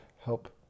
help